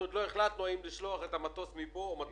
עוד לא החלטנו אם לשלוח את המטוס מפה או מפה.